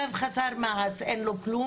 לו כלום,